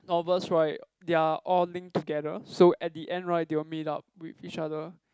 novels right they are all link together so at the end right they will meet up with each other